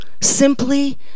simply